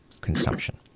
consumption